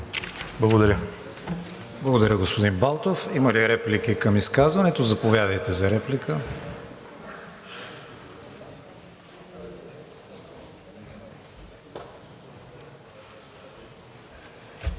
ВИГЕНИН: Благодаря, господин Балтов. Има ли реплики към изказването. Заповядайте за реплика.